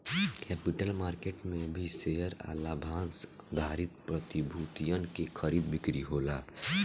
capital market में भी share आ लाभांस आधारित प्रतिभूतियन के खरीदा बिक्री होला